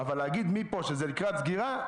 אבל להגיד מפה שזה לקראת סגירה,